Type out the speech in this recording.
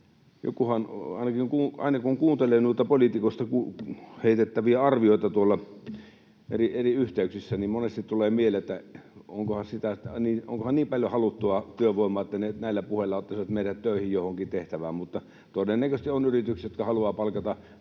ratkaisu. Aina kun kuuntelee noita poliitikoista heitettäviä arvioita eri yhteyksissä, niin monesti tulee mieleen, että onkohan niin paljon haluttua työvoimaa, että näillä puheilla ottaisivat meidät töihin johonkin tehtävään, mutta todennäköisesti on yrityksiä, jotka haluavat palkata.